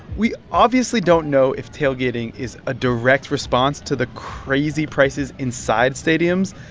we obviously don't know if tailgating is a direct response to the crazy prices inside stadiums.